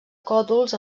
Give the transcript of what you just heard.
còdols